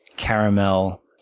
caramel,